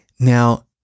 Now